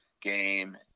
game